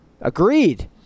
agreed